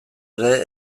ere